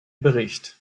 bericht